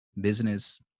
business